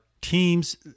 teams